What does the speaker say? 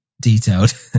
detailed